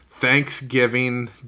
Thanksgiving